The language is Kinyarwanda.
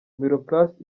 miroplast